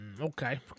Okay